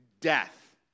death